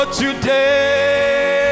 today